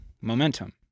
momentum